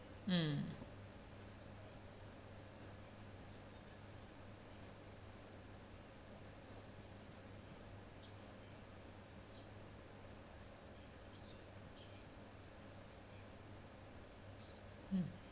mm mm